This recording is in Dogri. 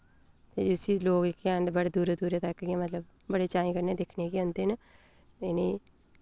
ते जिसी लोक जेह्के हैन ते बड़े दूरे दूरे दा इक इ'यां मतलब बड़े चाएं कन्नै दिक्खने गी औंदे न इ'नें